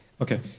Okay